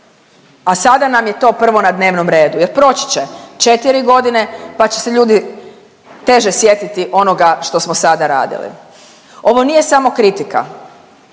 a sada nam je to prvo na dnevnom redu. Jer proći će 4 godine, pa će se ljudi teže sjetiti onoga što smo sada radili. Ovo nije samo kritika.